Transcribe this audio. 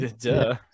Duh